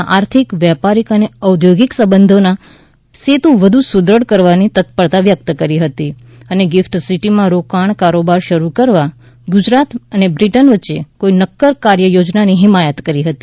ના આર્થિક વેપારીક ઔદ્યોગિક સંબંધોનો સેતુ વધુ સુદ્રઢ કરવાની તત્પરતા વ્યકત કરી હતી અને ગિફટ સિટીમાં રોકાણો કારોબાર શરૂ કરવા ગુજરાત બ્રિટન વચ્ચે કોઇ નક્કર કાર્યયોજનાની હિમાયત કરી હતી